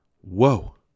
Whoa